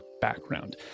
background